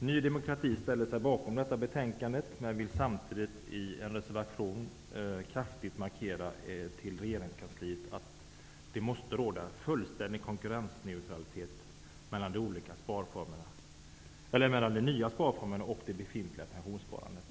Ny demokrati ställer sig bakom hemställan i detta betänkande, samtidigt som vi i en reservation gör en kraftig markering, riktad till regeringskansliet, att det måste råda en fullständig konkurrensneutralitet mellan den nya sparformen och det befintliga pensionssparandet.